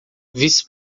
vice